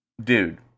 dude